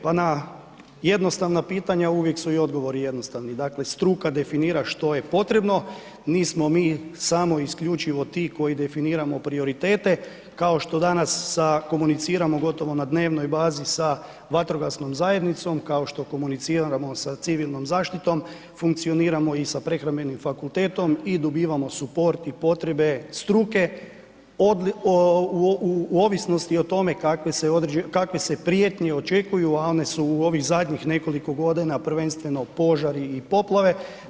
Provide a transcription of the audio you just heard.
Pa na jednostavna pitanja, uvijek su i odgovori jednostavni, dakle struka definira što je potrebno, nismo mi samo i isključivo ti koji definiramo prioritet kao što danas komuniciramo gotovo na dnevnoj bazi sa vatrogasnom zajednicom, kao što komuniciramo sa civilnom zaštitom, funkcioniramo i sa prehrambenim fakultetom i dobivamo suport i potrebe struke u ovisnosti o tome kakve se prijetnje očekuju a one su u ovih zadnjih nekoliko godina prvenstveno požari i poplave.